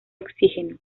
oxígeno